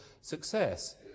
success